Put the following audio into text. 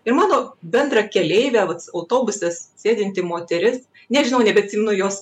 ir mano bendrakeleivė vat autobuse sėdinti moteris nežinau nebeatsimenu jos